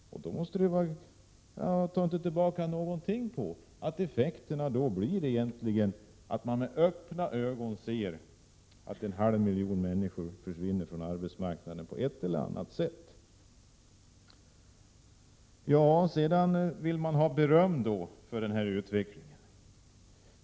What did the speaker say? Jag tar inte alls tillbaka att effekterna då blir att man med öppna ögon ser att en halv miljon människor försvinner från arbetsmarknaden, på ett eller annat sätt. Sedan vill man ha beröm för den här utvecklingen!